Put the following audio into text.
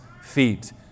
feet